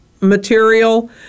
material